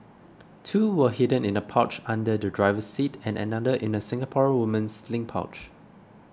two were hidden in a pouch under the driver's seat and another in a Singaporean woman's sling pouch